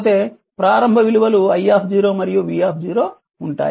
లేకపోతే ప్రారంభ విలువలు i మరియు v ఉంటాయి